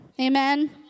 Amen